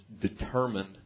determined